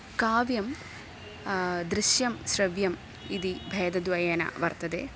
काव्यं दृश्यं श्रव्यम् इति भेदद्वयेन वर्तते